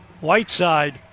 Whiteside